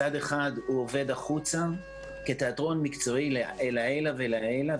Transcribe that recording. מצד אחד הוא עובד החוצה כתיאטרון מקצועי לעילא ולעילא,